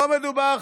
לא מדובר בג'סטה,